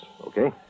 Okay